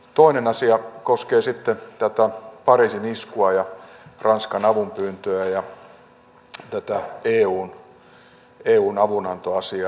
toinen asia koskee sitten tätä pariisin iskua ja ranskan avunpyyntöä ja tätä eun avunantoasiaa